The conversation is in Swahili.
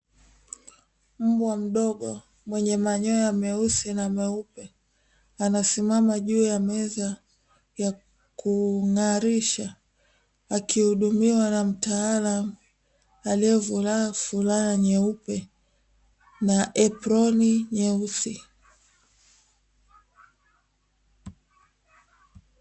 Mbwa mdogo mwenye manyoya meusi na meupe na madoa yakung'arisha, akihidumiwa na mtaalamu aliyevalia fulana nyeupe na eproni nyeusi.